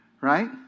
right